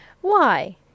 Why